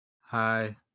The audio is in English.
Hi